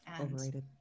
overrated